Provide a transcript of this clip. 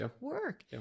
work